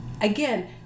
Again